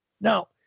Now